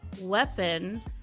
weapon